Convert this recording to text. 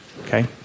Okay